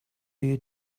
you